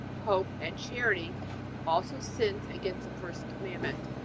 hope and charity also sins against the first commandment?